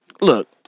look